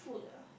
food ah